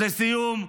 לסיום,